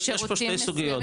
יש פה שתי סוגיות,